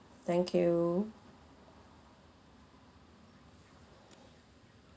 thank you